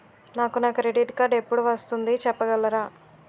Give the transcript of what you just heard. నాకు నా credit card ఎపుడు వస్తుంది చెప్పగలరా?